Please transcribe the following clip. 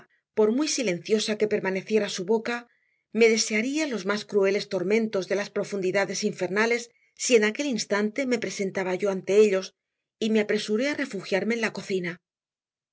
por muy silenciosa que permaneciera su boca me desearía los más crueles tormentos de las profundidades infernales si en aquel instante me presentaba yo ante ellos y me apresuré a refugiarme en la cocina